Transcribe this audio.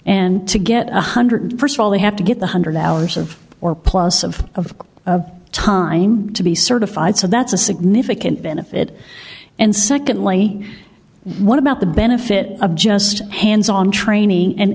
and to get one hundred first of all they have to get one hundred hours of or plus of time to be certified so that's a significant benefit and secondly what about the benefit of just hands on training and